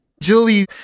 Julie